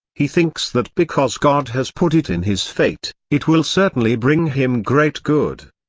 he thinks that because god has put it in his fate, it will certainly bring him great good.